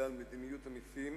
על מדיניות המסים